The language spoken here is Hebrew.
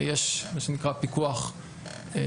יש מה שנקרא "פיקוח שוטף